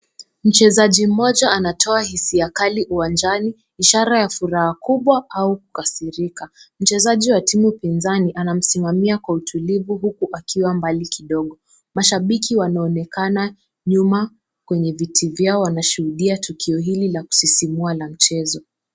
Mchezaji mmoja anatoa hisia kali uwanjani, ishara ya furaha kubwa au kukasirika, mchezaji wa timu pinzani anamsimamia kwa utulivu, huku akiwa mbali kidogo, mashabiki wanaonekana nyuma kwenye viti vyao wanashuhudia tukio hili la kusisimua la mchezo.